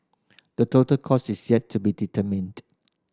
the total cost is yet to be determined